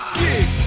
gig